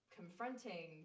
confronting